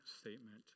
statement